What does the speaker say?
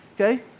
Okay